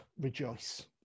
rejoice